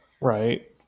Right